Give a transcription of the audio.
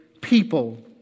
people